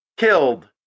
Killed